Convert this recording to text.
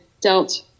dealt